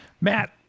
Matt